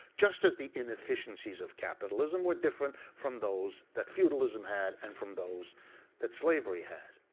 just as the inefficiencies of capitalism were different from those that feudalism had, and from those that slavery had.